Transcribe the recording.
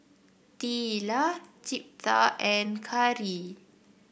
Teela Jeptha and Carey